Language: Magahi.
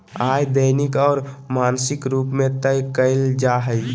आय दैनिक और मासिक रूप में तय कइल जा हइ